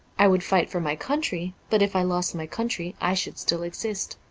i would fight for my country, but if i lost my country, i should still exist.